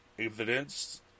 evidence